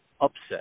upset